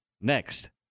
next